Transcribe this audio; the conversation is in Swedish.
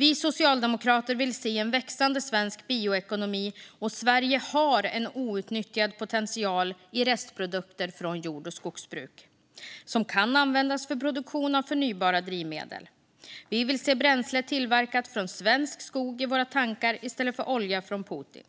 Vi socialdemokrater vill se en växande svensk bioekonomi, och Sverige har en outnyttjad potential i restprodukter från jord och skogsbruket som kan användas för produktion av förnybara drivmedel. Vi vill se bränsle tillverkat från svensk skog i våra tankar i stället för olja från Putin.